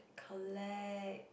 collect